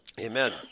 Amen